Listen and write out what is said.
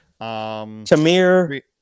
Tamir